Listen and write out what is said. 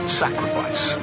sacrifice